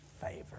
favor